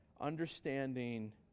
understanding